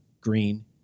green